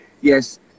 Yes